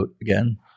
again